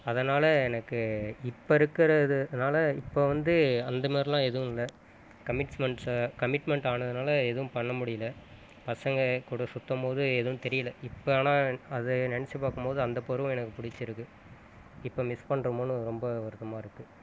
அதனால் எனக்கு இப்போ இருக்கிறதுனால இப்போ வந்து அந்த மாரிலாம் எதுவும் இல்லை கமிட்ஸ்மெண்ட்ஸ் கமிட்மெண்ட் ஆனதினால எதுவும் பண்ண முடியலை பசங்கள் கூட சுற்றும்போது எதுவும் தெரியலை இப்போஆனால் அதை நினைச்சு பார்க்கும்போது அந்த பருவம் எனக்கு பிடிச்சிருக்கு இப்ப மிஸ் பண்ணுறோமோன்னு ரொம்ப வருத்தமாக இருக்கு